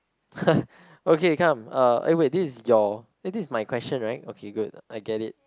okay come uh eh wait this is your wait this is my question right okay good I get it